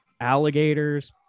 alligators